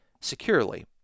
securely